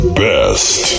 best